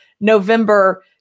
November